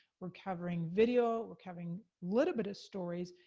we're covering video. we're covering little bit of stories.